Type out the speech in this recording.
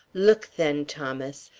look, then, thomas.